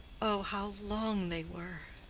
oh how long they were!